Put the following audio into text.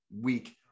week